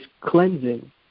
cleansing